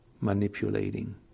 manipulating